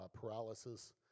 Paralysis